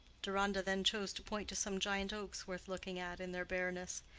deronda then chose to point to some giant oaks worth looking at in their bareness.